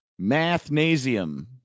Mathnasium